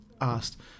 asked